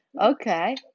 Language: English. Okay